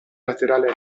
laterale